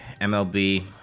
MLB